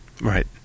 Right